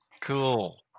Cool